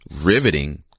riveting